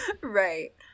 right